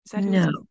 No